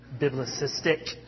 Biblicistic